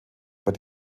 bei